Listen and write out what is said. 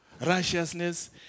righteousness